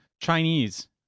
Chinese